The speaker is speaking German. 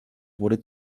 wurde